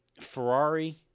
Ferrari